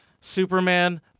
Superman